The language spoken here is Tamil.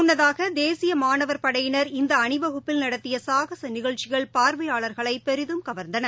முன்னதாக தேசிய மாணவர் படையினர் இந்த அணிவகுப்பில் நடத்திய சாகச நிகழ்ச்சிகள் பார்வையாளர்களை பெரிதும் கவர்ந்தன